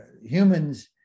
Humans